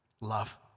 Love